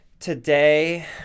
Today